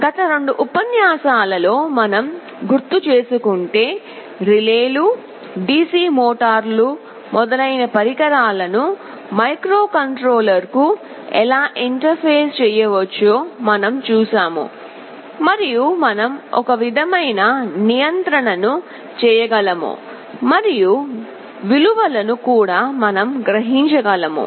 గత రెండు ఉపన్యాసాలలో మనం గుర్తుచేసుకుంటే రిలేలు డిసి మోటార్లు మొదలైన పరికరాలను మైక్రోకంట్రోలర్ కు ఎలా ఇంటర్ఫేస్ చేయవచ్చో మనం చూశాము మరియు మనం ఒక విధమైన నియంత్రణను చేయగలము మరియు విలువలను కూడా మనం గ్రహించగలము